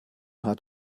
hat